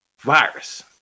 virus